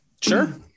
Sure